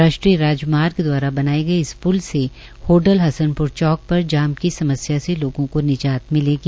राष्ट्रीय राजमार्ग द्वारा बनाये गये इस प्ल से होडल हसनप्र चौक पर जाम की समस्या से लोगों को निजात मिलेगी